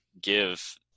give